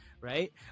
right